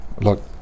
look